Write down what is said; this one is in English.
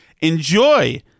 enjoy